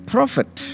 Prophet